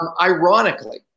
Ironically